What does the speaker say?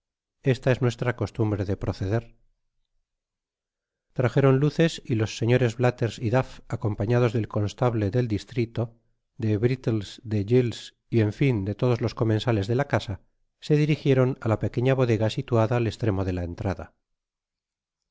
esta es nuestra costumbre de proceder trajeron luces y los señores blathers y duff acompañados del constable del distrito de brittles de giles y en fin de todos los comensales de la casa se dirijieron á la pequeña bodega situada al estremo de la entrada